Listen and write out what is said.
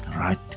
right